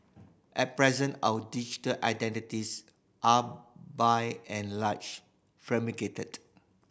at present our digital identities are by and large fragmented